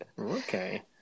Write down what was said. Okay